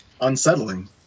unsettling